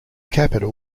capital